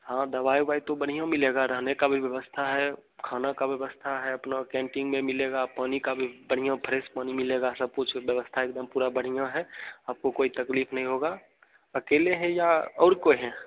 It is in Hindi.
हाँ दवाई उवाई तो बढ़िया मिलेगा रहने का भी व्यवस्था है खाना का व्यवस्था है अपना कैंटीन में मिलेगा पानी का भी बढ़िया फ्रेस पानी मिलेगा सब कुछ व्यवस्था एकदम पूरा बढ़िया है आपको कोई तकलीफ नहीं होगा अकेले हैं या और कोई है